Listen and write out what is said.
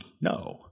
no